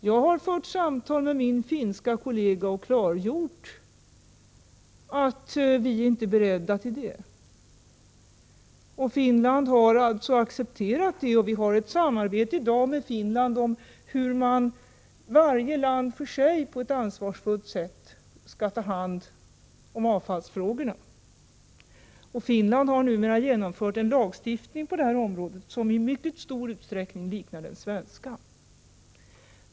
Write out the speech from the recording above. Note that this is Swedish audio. Jag har fört samtal med min finske kollega och klargjort att vi inte är beredda till det. Finland har accepterat detta besked, och vi har i dag ett samarbete med Finland om hur varje land för sig på ett ansvarsfullt sätt skall ta hand om avfallet. Finland har numera genomfört en lagstiftning på detta område som i mycket stor utsträckning liknar den svenska.